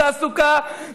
התעסוקה,